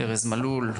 ארז מלול,